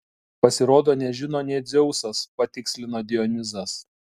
pasirodo nežino nė dzeusas patikslino dionizas